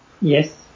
yes